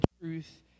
truth